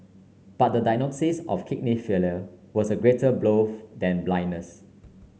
but the diagnosis of kidney failure was a greater blow than blindness